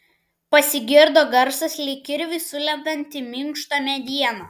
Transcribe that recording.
pasigirdo garsas lyg kirviui sulendant į minkštą medieną